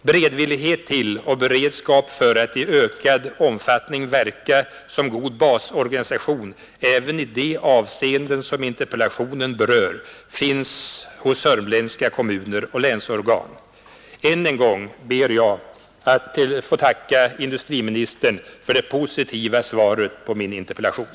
Beredvillighet till och beredskap för att i ökad omfattning verka som god basorganisation även i de avseenden som interpellationen berör finns hos södermanländska kommuner och länsorgan. Än en gång ber jag att få tacka industriministern för det positiva svaret på min interpellation.